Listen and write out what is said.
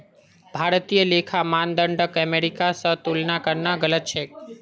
भारतीय लेखा मानदंडक अमेरिका स तुलना करना गलत छेक